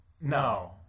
no